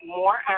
more